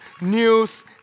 news